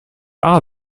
are